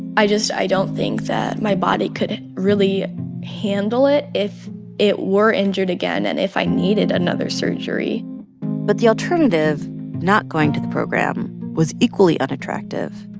i just i don't think that my body could really handle it if it were injured again and if i needed another surgery but the alternative not going to the program was equally unattractive.